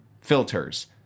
filters